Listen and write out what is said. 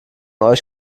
euch